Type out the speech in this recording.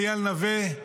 איל נוה,